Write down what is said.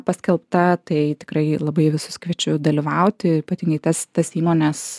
paskelbta tai tikrai labai visus kviečiu dalyvauti ypatingai tas tas įmones